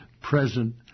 present